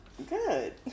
Good